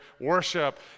worship